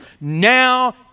Now